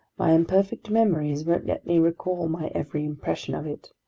my imperfect memories won't let me recall my every impression of it.